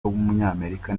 w’umunyamerika